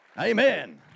Amen